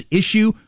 issue